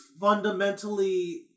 fundamentally